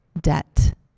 debt